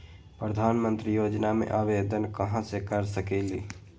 प्रधानमंत्री योजना में आवेदन कहा से कर सकेली?